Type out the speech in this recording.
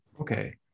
Okay